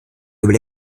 über